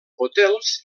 hotels